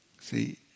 See